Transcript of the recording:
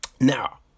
Now